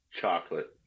Chocolate